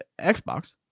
Xbox